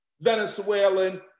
Venezuelan